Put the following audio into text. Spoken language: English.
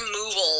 removal